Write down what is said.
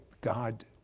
God